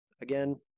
Again